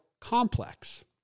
complex